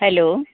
hello